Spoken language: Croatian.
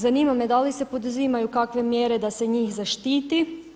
Zanima me, da li se poduzimaju kakve mjere da se njih zaštiti?